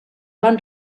van